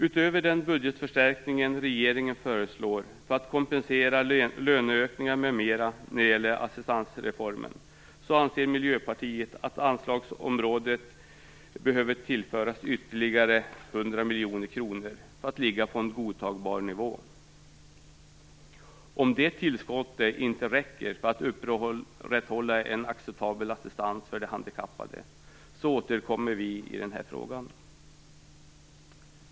Utöver den budgetförstärkning regeringen föreslår för att kompensera löneökningar m.m. när det gäller assistansreformen, anser Miljöpartiet att anslagsområdet behöver tillföras ytterligare 100 miljoner kronor för att ligga på en godtagbar nivå. Om det tillskottet inte räcker för att upprätthålla en acceptabel assistans för de handikappade återkommer vi i den här frågan.